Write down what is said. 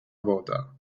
woda